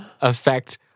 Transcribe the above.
affect